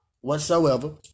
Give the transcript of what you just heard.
Whatsoever